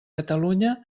catalunya